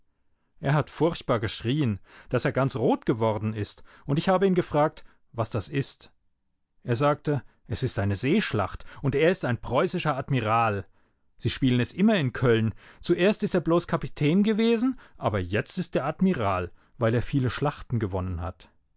er hat furchtbar geschrien daß er ganz rot geworden ist und ich habe ihn gefragt was das ist er sagte es ist eine seeschlacht und er ist ein preußischer admiral sie spielen es immer in köln zuerst ist er bloß kapitän gewesen aber jetzt ist er admiral weil er viele schlachten gewonnen hat